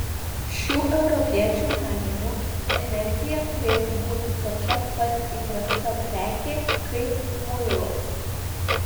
šių europiečių manymu energija turėtų būti tokia pat įprasta prekė kaip muilas